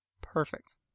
perfect